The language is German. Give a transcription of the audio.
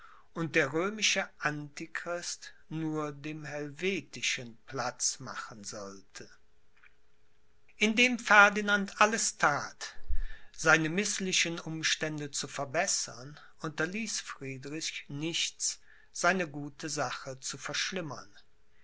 und der römische antichrist nur dem helvetischen platz machen sollte indem ferdinand alles that seine mißlichen umstände zu verbessern unterließ friedrich nichts seine gute sache zu verschlimmern